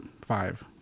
five